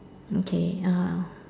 okay